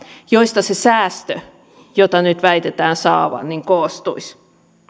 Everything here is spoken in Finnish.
joista se säästö jota nyt väitetään saavan koostuisi